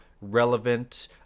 relevant